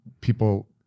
People